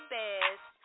best